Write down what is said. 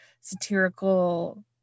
satirical